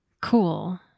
cool